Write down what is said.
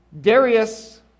Darius